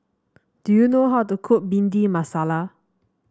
do you know how to cook Bhindi Masala